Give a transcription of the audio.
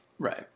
right